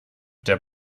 der